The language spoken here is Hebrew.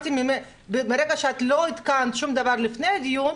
מרגע שלא עדכנת שום דבר לפני הדיון,